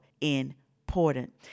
important